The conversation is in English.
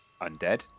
undead